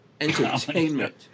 Entertainment